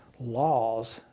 laws